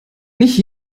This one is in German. nicht